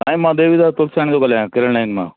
हा मां देवीदास तुलसाणी पियो ॻाल्हायां किरन लाइन मां